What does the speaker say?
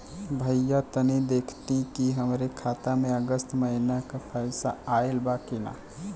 भईया तनि देखती की हमरे खाता मे अगस्त महीना में क पैसा आईल बा की ना?